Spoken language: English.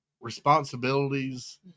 responsibilities